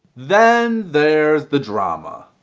then there's the drama.